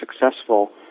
successful